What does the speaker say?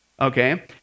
okay